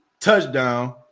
touchdown